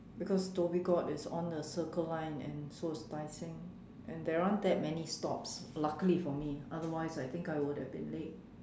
because Dhoby Ghaut is on the circle line and so is Tai Seng and there aren't that many stops luckily for me otherwise I think I would have been late